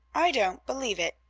i don't believe it,